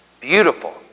beautiful